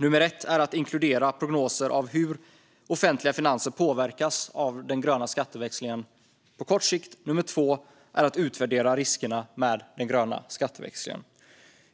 Nummer ett är att inkludera prognoser över hur offentliga finanser påverkas av den gröna skatteväxlingen på kort sikt. Nummer två är att utvärdera riskerna med den gröna skatteväxlingen.